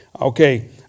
Okay